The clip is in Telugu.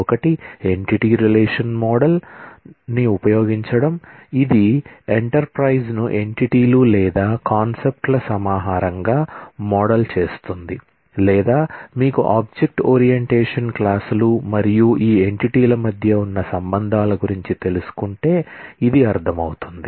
ఒకటి ఎంటిటీ రిలేషన్ మోడల్ మరియు ఈ ఆబ్జెక్ట్స్ మధ్య ఉన్న సంబంధాల గురించి తెలిసి ఉంటే ఇది అర్ధమౌతుంది